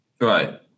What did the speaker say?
Right